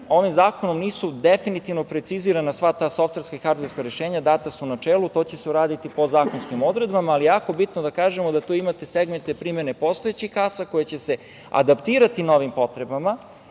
zakonom nisu definitivno precizirana sva ta softverska i hardverska rešenja, data su u načelu. To će se uraditi po zakonskim odredbama, ali je jako bitno da kažemo da tu imate segmente primene postojećih kasa koje će se adaptirati novim potrebama,